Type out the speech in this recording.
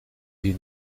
hier